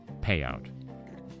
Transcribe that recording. payout